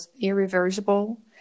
irreversible